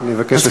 אני אבקש לסיים.